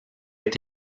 est